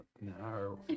No